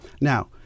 Now